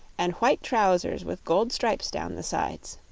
and white trousers with gold stripes down the sides.